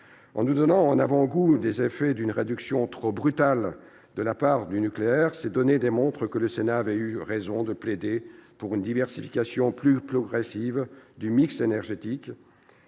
En nous donnant un avant-goût des effets d'une réduction trop brutale de la part du nucléaire, ces données démontrent que le Sénat avait eu raison de plaider pour une diversification plus progressive du mix électrique.